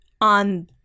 on